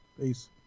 Peace